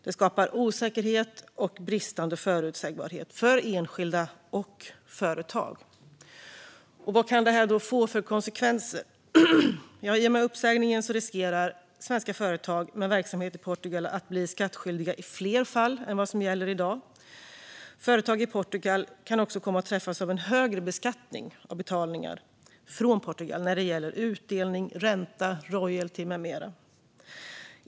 Det skapar osäkerhet och bristande förutsägbarhet för enskilda och företag. Vad kan då detta få för konsekvenser? I och med uppsägningen riskerar svenska företag med verksamhet i Portugal att bli skattskyldiga i fler fall än vad som gäller i dag. Företag i Portugal kan också komma att träffas av en högre beskattning av betalningar från Portugal när det gäller utdelning, ränta, royalty med mera.